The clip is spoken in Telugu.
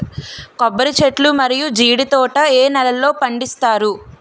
కొబ్బరి చెట్లు మరియు జీడీ తోట ఏ నేలల్లో పండిస్తారు?